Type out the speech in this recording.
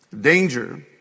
Danger